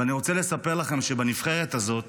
ואני רוצה לספר לכם שבנבחרת הזאת